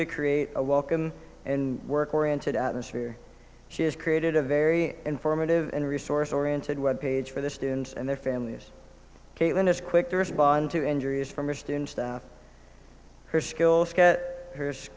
to create a walk in and work oriented atmosphere she has created a very informative and resource oriented web page for the students and their families caitlin is quick to respond to injuries from her stance that her